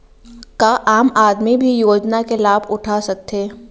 का आम आदमी भी योजना के लाभ उठा सकथे?